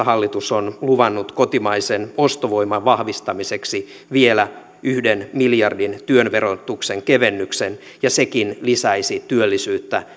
hallitus on luvannut kotimaisen ostovoiman vahvistamiseksi kaksituhattaseitsemäntoista vielä yhden miljardin työn verotuksen kevennyksen ja sekin lisäisi työllisyyttä